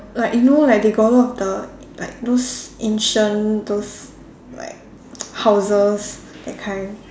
like you know like they got a lot of the like those ancient those like houses that kind